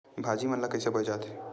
भाजी मन ला कइसे बोए जाथे?